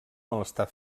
malestar